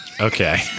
okay